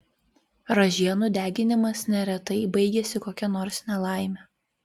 ražienų deginimas neretai baigiasi kokia nors nelaime